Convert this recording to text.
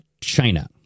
China